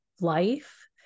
life